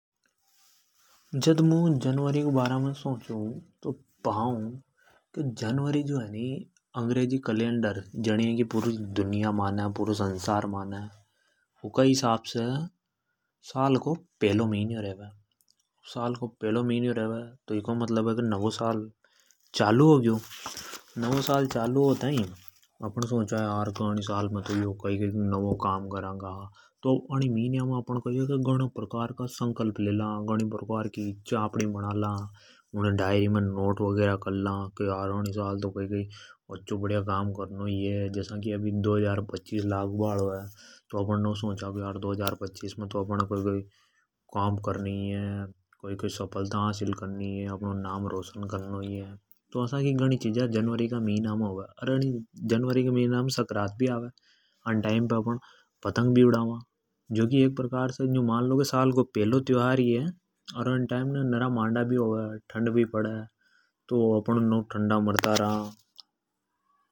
﻿जद मुं जनवरी का बारा में सोचो तो पांव। की जनवरी जो है अंग्रेजी कैलेंडर जनि ये पूरी दुनिया माने पुरो संसार माने। ऊँ का हिसाब से साल को पहलो मिन्यो है। तो नवो साल चालू हो ग्यो तो अप ण नया संकल्प ला डायरी मे लिखा। के अनि साल तो कोई बडीआ अच्छो काम करणों ही है। जसा की अभी दो हज़ार पच्चीस चालू हो गो। तो अपण है कई कई काम करनो ही है। कोई कोई सफलता हासिल करणी है अपनो नाम रोशन करनो ही है। तो असा की घणी चिजा जनवरी क मिन्या मे होवे। अ ण मिन्या मे संक्रांति भी आवे, पतंग उड़वा। मांडा भी होवे। ठंड भी पड़े तो अपण ठंडा मारता रा।